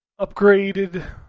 upgraded